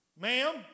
ma'am